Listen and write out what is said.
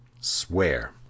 swear